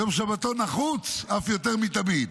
יום שבתון נחוץ אף יותר מתמיד.